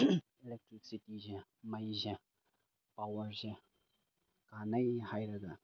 ꯑꯦꯂꯦꯛꯇ꯭ꯔꯤꯛꯁꯤꯇꯤꯁꯦ ꯃꯩꯁꯦ ꯄꯥꯋꯔꯁꯦ ꯀꯥꯟꯅꯩ ꯍꯥꯏꯔꯒ